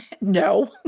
no